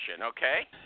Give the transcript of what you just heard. okay